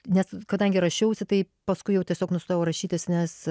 nes kadangi rašiausi tai paskui jau tiesiog nustojau rašytis nes